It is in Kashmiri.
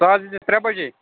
ژٕ حظ یِیٖزِ ترٛےٚ بَجے